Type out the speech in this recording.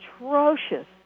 atrocious